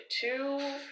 two